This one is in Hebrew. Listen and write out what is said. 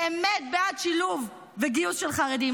באמת בעד שילוב וגיוס של חרדים.